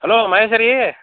hello Mahesh ರೀ